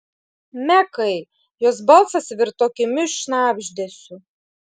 mekai jos balsas virto kimiu šnabždesiu